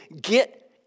get